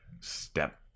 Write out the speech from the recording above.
step